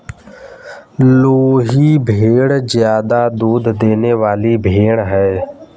लोही भेड़ ज्यादा दूध देने वाली भेड़ है